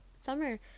summer